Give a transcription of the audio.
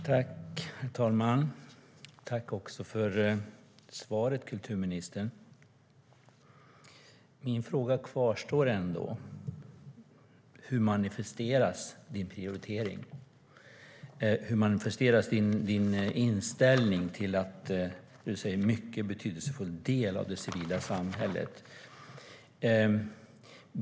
Herr talman! Tack för svaret, kulturministern! Min fråga kvarstår ändå: Hur manifesteras din prioritering? Hur manifesteras din inställning till en mycket betydelsefull del av det civila samhället?